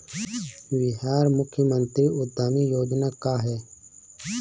बिहार मुख्यमंत्री उद्यमी योजना का है?